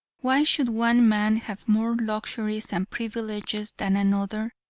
why should one man have more luxuries and privileges than another?